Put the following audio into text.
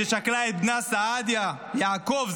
ששכלה את בנה סעדיה יעקב,